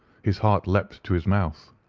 his heart leapt to his mouth,